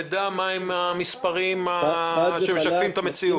נדע מהם המספרים שמשקפים את המציאות.